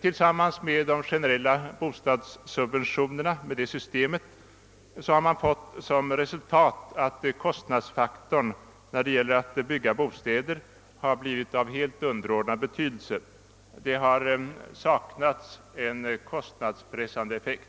Tillsammans med systemet med de generella bostadssubventionerna har vi fått som resultat att kostnadsfaktorn vid bostadsbyggandet blivit av helt underordnad betydelse. Det har saknats en kostnadspressande effekt.